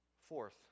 Fourth